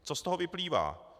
Co z toho vyplývá?